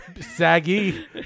SAGgy